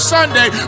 Sunday